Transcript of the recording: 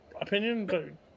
opinion